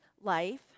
life